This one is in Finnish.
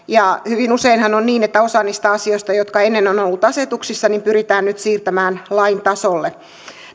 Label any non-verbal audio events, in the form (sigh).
(unintelligible) ja hyvin useinhan on niin että osa niistä asioista jotka ennen ovat olleet asetuksissa pyritään nyt siirtämään lain tasolle